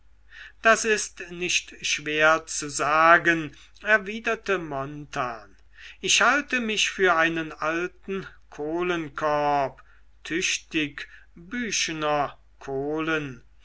das ist nicht schwer zu sagen erwiderte jarno ich halte mich für einen alten kohlenkorb tüchtig büchener kohlen